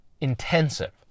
intensive